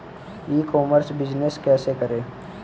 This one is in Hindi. ई कॉमर्स बिजनेस कैसे करें?